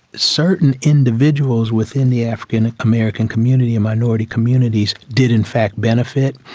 certain individuals within the african american community, minority communities, did in fact benefit.